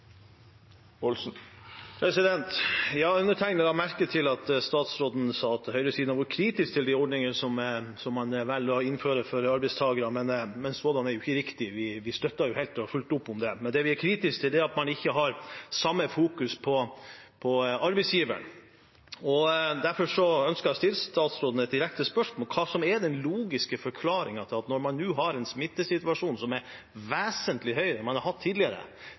merke til at statsråden sa at høyresiden har vært kritisk til de ordningene man velger å innføre for arbeidstakere, men det er jo ikke riktig. Vi støtter helt og fullt opp om det. Men det vi er kritiske til, er at man ikke fokuserer like sterkt på arbeidsgiveren. Derfor ønsker jeg å stille statsråden et direkte spørsmål: Hva er den logiske forklaringen på at man nå, når det er en vesentlig høyere smitte enn tidligere – riktignok ikke så mange sykehusinnleggelser, men folk er likevel borte fra jobb, fordi man